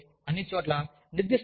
మరియు అంటే అన్ని చోట్ల